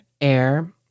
air